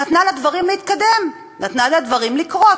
נתנה לדברים להתקדם, נתנה לדברים לקרות.